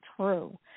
true